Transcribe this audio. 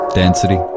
density